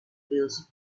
feels